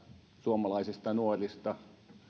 suomalaisista nuorista ja muista